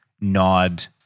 nod